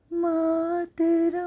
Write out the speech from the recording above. mother